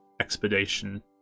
expedition